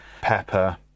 pepper